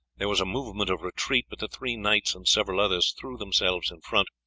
there was a movement of retreat, but the three knights and several others threw themselves in front,